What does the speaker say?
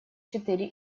четыре